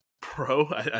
pro